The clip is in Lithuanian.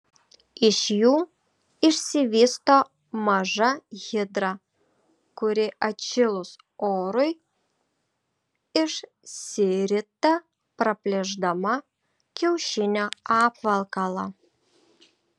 iš jų išsivysto maža hidra kuri atšilus orui išsirita praplėšdama kiaušinio apvalkalą